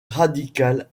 radical